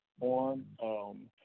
on